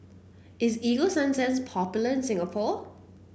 is Ego Sunsense popular in Singapore